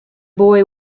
boy